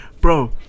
Bro